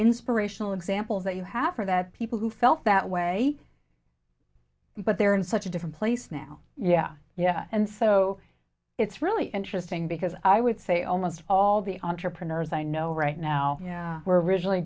inspirational examples that you have for that people who felt that way but they're in such a different place now yeah yeah and so it's really interesting because i would say almost all the entrepreneurs i know right now were originally